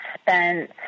spent